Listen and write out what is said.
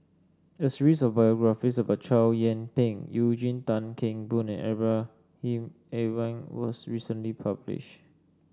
a series of biographies about Chow Yian Ping Eugene Tan Kheng Boon and Ibrahim Awang was recently publish